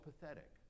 pathetic